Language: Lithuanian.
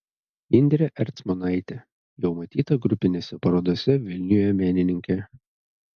indrė ercmonaitė jau matyta grupinėse parodose vilniuje menininkė